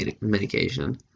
medication